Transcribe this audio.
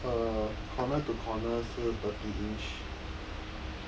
err corner to corner 是 thirty inch